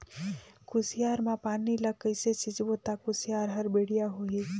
कुसियार मा पानी ला कइसे सिंचबो ता कुसियार हर बेडिया होही?